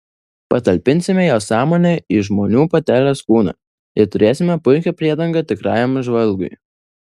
patalpinsime jos sąmonę į žmonių patelės kūną ir turėsime puikią priedangą tikrajam žvalgui